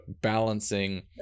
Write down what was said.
balancing